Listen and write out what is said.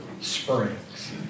springs